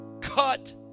cut